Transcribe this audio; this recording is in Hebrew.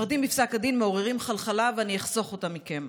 הפרטים בפסק הדין מעוררים חלחלה ואני אחסוך אותם מכם.